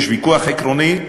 יש ויכוח עקרוני,